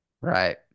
Right